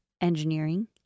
engineering